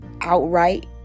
outright